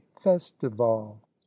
festival